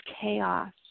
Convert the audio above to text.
chaos